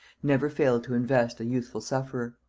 never fail to invest a youthful sufferer.